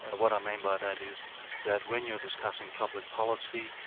what i mean by that is that, when you're discussing public policy,